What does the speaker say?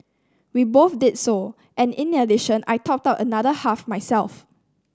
we both did so and in addition I topped another half myself